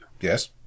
Yes